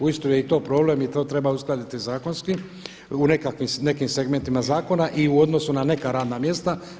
Uistinu je i to problem i to treba uskladiti zakonski u nekim segmentima zakona i u odnosu na neka radna mjesta.